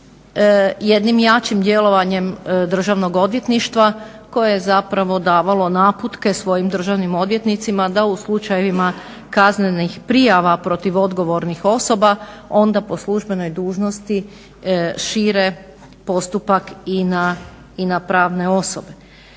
jednim jačim djelovanjem državnog odvjetništva koje je zapravo davalo naputke svojim državnim odvjetnicima da u slučajevima kaznenih prijava protiv odgovornih osoba onda po službenoj dužnosti šire postupak i na pravne osobe.